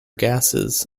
gases